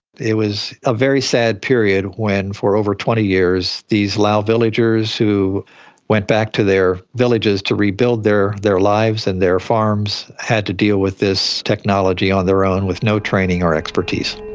it was a very sad period when for over twenty years these lao villagers who went back to their villages to rebuild their their lives and their farms had to deal with this technology on their own with no training or expertise.